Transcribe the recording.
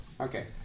Okay